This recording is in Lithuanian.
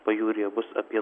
pajūryje bus apie